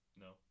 No